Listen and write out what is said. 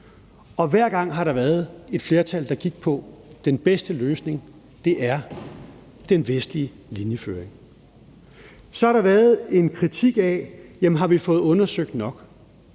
og hver gang har der været et flertal, der gik på, at den bedste løsning er den vestlige linjeføring. Så har der været en kritik af, om vi har fået undersøgt nok.